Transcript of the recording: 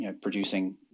producing